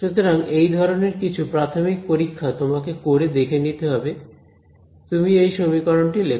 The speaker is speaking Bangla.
সুতরাং এই ধরনের কিছু প্রাথমিক পরীক্ষা তোমাকে করে দেখে নিতে হবে তুমি এই সমীকরণটি লেখ